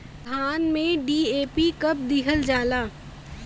धान में डी.ए.पी कब दिहल जाला?